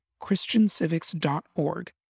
christiancivics.org